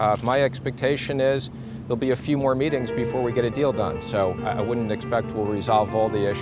cut my expectation is they'll be a few more meetings before we get a deal done so i wouldn't expect the resolve all the